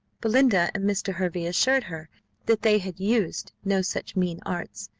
belinda and mr. hervey assured her that they had used no such mean arts,